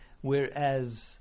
Whereas